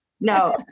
No